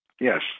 Yes